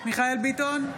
בהצבעה מיכאל מרדכי ביטון,